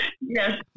Yes